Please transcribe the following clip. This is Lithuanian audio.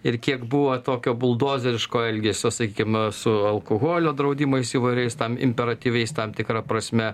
ir kiek buvo tokio buldozeriško elgesio sakykim su alkoholio draudimais įvairiais tam imperatyviais tam tikra prasme